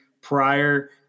prior